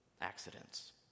accidents